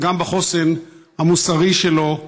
אלא גם בחוסן המוסרי שלו,